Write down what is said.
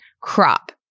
crop